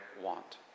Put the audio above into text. want